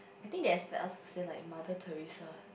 I think they expect us say like Mother Teresa